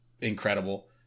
incredible